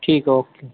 ٹھیک ہے اوکے